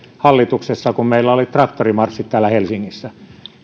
hallituksessa kun meillä oli traktorimarssit täällä helsingissä